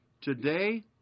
Today